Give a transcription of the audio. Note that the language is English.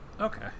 Okay